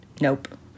Nope